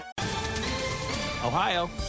Ohio